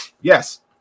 Yes